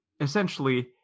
essentially